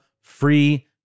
free